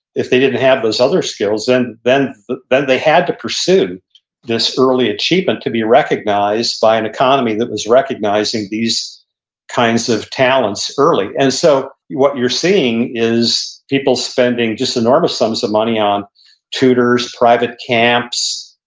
if they didn't have those other skills, and then then they had to pursue this early achievement to be recognized by an economy that was recognizing these kinds of talents early and so what you're seeing is people spending just enormous sums of money on tutors, private camps,